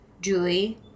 Julie